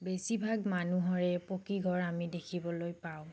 বেছিভাগ মানুহৰে পকী ঘৰ আমি দেখিবলৈ পাওঁ